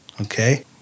Okay